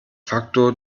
facto